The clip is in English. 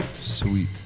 sweet